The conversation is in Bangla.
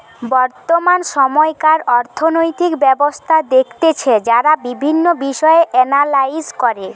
বর্তমান সময়কার অর্থনৈতিক ব্যবস্থা দেখতেছে যারা বিভিন্ন বিষয় এনালাইস করে